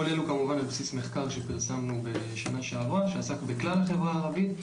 כל אלו על בסיס מחקר שפרסמנו בשנה שעברה שעסק בכלל החברה הערבית,